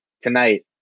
tonight